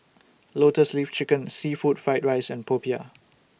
Lotus Leaf Chicken Seafood Fried Rice and Popiah